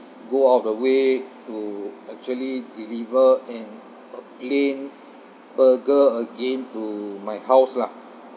go all the way to actually deliver an a plain burger again to my house lah